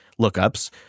lookups